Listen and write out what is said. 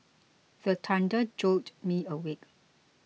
the thunder jolt me awake